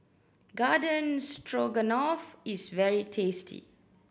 Garden Stroganoff is very tasty